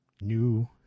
new